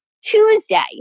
Tuesday